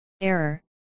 Error